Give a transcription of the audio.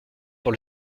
pour